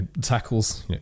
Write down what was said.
tackles